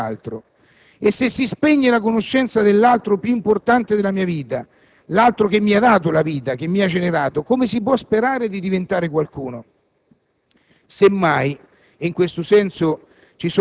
Ma come è possibile sapere chi si è se non si conosce l'altro? E se si spegne la conoscenza dell'altra persona più importante della mia vita, dell'altro che mi ha dato la vita e mi ha generato, come si può sperare di diventare qualcuno?